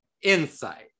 insight